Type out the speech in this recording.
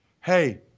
Hey